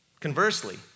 Conversely